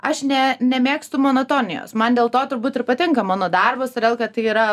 aš ne nemėgstu monotonijos man dėl to turbūt ir patinka mano darbas todėl kad tai yra